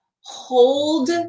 hold